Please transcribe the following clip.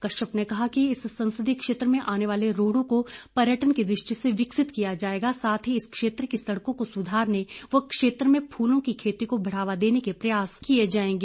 कश्यप ने कहा कि इस ससंदीय क्षेत्र में आने वाले रोहड् को पर्यटन की दृष्टि से विकसित किया जाएगा साथ ही इस क्षेत्र की सड़कों को सुधारने व क्षेत्र में फूलों की खेती को बढ़ावा देने के प्रयास किए जाएंगे